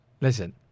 listen